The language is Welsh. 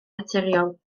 naturiol